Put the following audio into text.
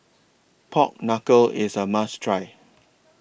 Pork Knuckle IS A must Try